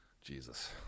Jesus